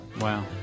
Wow